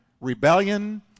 rebellion